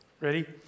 Ready